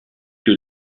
que